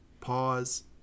pause